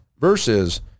versus